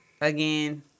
again